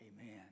Amen